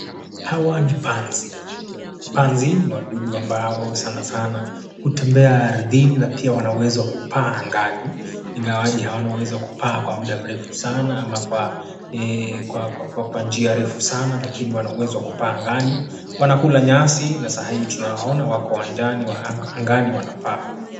Hawa ni panzi. Panzi ni wadudu ambao sanasana hutembea ardhini na pia wanauwezo wa kupaa angani, ingawaje hawana uwezo wa kupaa kwa muda mrefu sana ama kwa njia refu sana, lakini wanaweza kupaa angani. Wanakula nyasi na saa hii tunaona wako angani wanapaa.